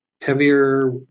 heavier